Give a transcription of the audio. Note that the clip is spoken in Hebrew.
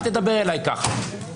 אל תדבר עלי ככה.